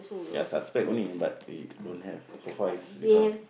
ya suspect only but he don't have so far is this one